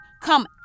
come